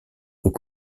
aux